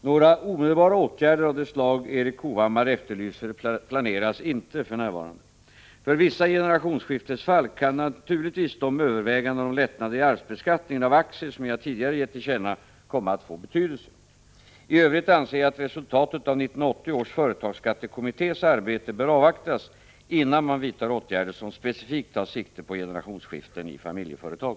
Herr talman! Några omedelbara åtgärder av det slag Erik Hovhammar efterlyser planeras inte för närvarande. För vissa generationsskiftesfall kan naturligtvis de överväganden om lättnader i arvsbeskattningen av aktier som jag tidigare gett till känna komma att få betydelse. I övrigt anser jag att resultatet av 1980 års företagsskattekommittés arbete bör avvaktas innan man vidtar åtgärder som specifikt tar sikte på generationsskiften i familjeföretag.